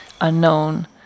unknown